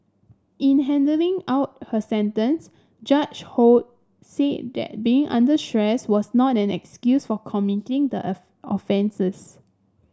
in handing out her sentence Judge Ho said that being under stress was not an excuse for committing the offences